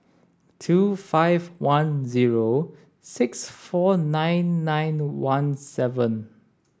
two five one zero six four nine nine one seven